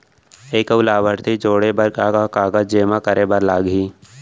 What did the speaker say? एक अऊ लाभार्थी जोड़े बर का का कागज जेमा करे बर लागही?